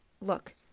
Look